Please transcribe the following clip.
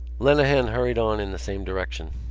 lenehan hurried on in the same direction.